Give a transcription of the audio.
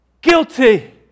Guilty